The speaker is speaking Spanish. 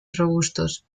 robustos